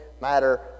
matter